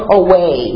away